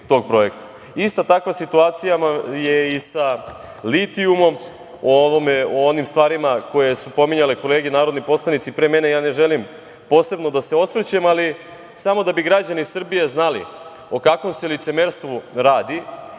Ista takva situacija je i sa litijumom, o onim stvarima koje su pominjale kolege narodni poslanici pre mene, ne želim posebno da se osvrćem, ali samo da bi građani Srbije znali o kakvom se licemerstvu radi,